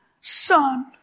son